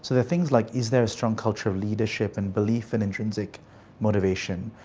so they're things like, is there a strong culture of leadership and belief in intrinsic motivation,